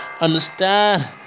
understand